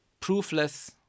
proofless